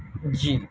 جی